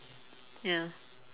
ya